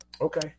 Okay